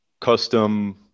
custom